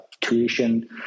tuition